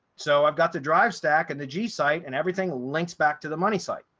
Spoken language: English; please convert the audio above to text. so i've got the drive stack and the g site and everything links back to the money site,